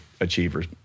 achievers